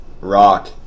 rock